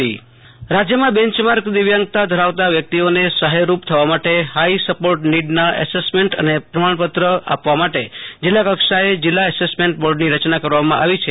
આશુતોષ અંતાણી રાજ્ય દિવ્યાંગતા જીલ્લા એસેસમેન્ટ બોર્ડ રાજ્યમાં બેન્ચમાર્ક દિવ્યાંગતા ધરાવતા વ્યક્તિઓને સહાયરૂપ થવા માટે હાઈ સપોર્ટ નીડના એસેસમેન્ટ અને પ્રમાણપત્ર આપવા માટે જીલ્લા કક્ષાએ જીલ્લા એસેસમેન્ટ બોર્ડની રચના કરવામાં આવી છે